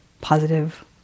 positive